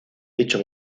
dicho